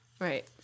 Right